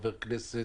חבר כנסת,